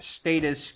status